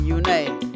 unite